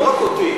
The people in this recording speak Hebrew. לא רק אותי.